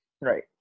Right